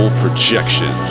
projection